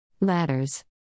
Ladders